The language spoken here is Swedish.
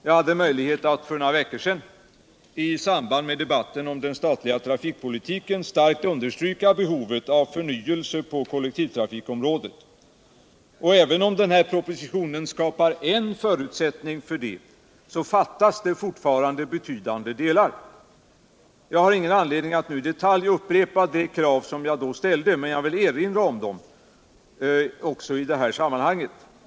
Jag hade för några dagar sedan i samband med debatten om den statliga trafikpolitiken möjlighet att starkt understryka behovet av förnyelse på kollektivtrafikområdet, och även om den här propositionen skapar en förbättra kollektiv förutsättning för det, så fattas det fortfarande betydande delar. Jag har ingen anledning att nu i detalj upprepa de krav jag då ställde, men jag vill erinra om dem också i det här sammanhanget.